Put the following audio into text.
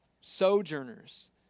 sojourners